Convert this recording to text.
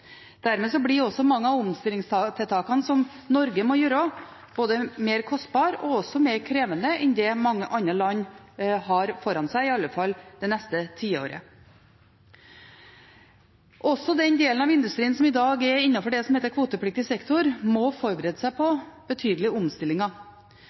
Dermed blir mange av omstillingstiltakene som Norge må gjøre, både mer kostbare og mer krevende enn dem mange andre land har foran seg, i alle fall det neste tiåret. Også den delen av industrien som i dag er innenfor det som heter kvotepliktig sektor, må forberede seg